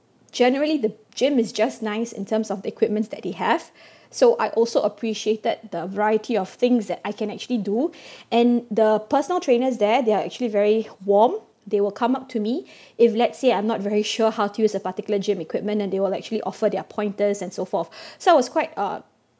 generally the gym is just nice in terms of the equipments that they have so I also appreciated the variety of things that I can actually do and the personal trainers there they're actually very warm they will come up to me if let's say I'm not very sure how to use a particular gym equipment and they will actually offer their pointers and so forth so I was quite uh